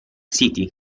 city